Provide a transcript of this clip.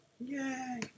Yay